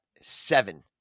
seven